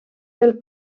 del